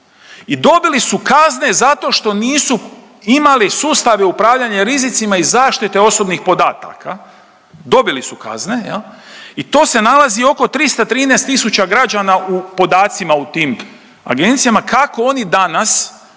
dobili su kazne zašto što nisu imali sustave upravljanja rizicima i zaštite osobnih podataka. Dobili su kazne i to se nalazi oko 313 tisuća građana u podacima u tim agencijama, kako oni danas